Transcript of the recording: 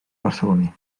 barceloní